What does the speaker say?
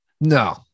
No